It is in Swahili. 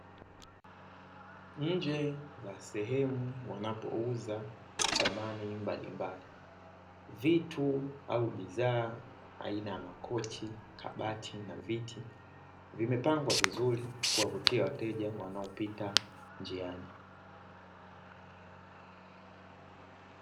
Nje ya sehemu wanapouza samani mbalimbali, vitu au bidhaa aina ya makochi, kabati na viti vimepangwa vizuri kuwavutia wateja wanaopita njiani.